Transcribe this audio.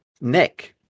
Nick